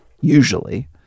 usually